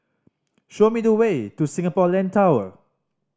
show me the way to Singapore Land Tower